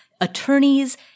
Attorneys